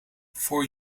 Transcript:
voor